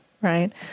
right